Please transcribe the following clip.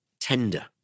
tender